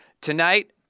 tonight